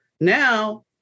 Now